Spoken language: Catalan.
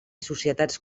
societats